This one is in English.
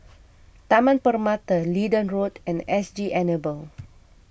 Taman Permata Leedon Road and S G Enable